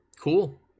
Cool